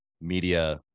media